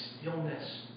stillness